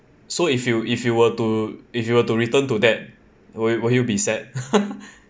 so if you if you were to if you were to return to that will you will you be sad